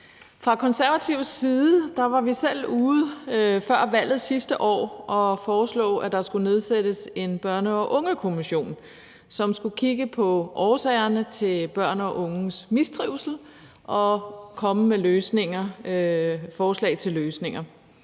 Fra konservativ side var vi selv ude før valget sidste år at foreslå, at der skulle nedsættes en børne- og ungekommission, som skulle kigge på årsagerne til børn og unges mistrivsel og komme med forslag til løsninger.